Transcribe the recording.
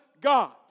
God